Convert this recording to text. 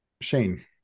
Shane